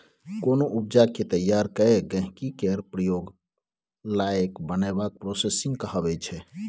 कोनो उपजा केँ तैयार कए गहिंकी केर प्रयोग लाएक बनाएब प्रोसेसिंग कहाबै छै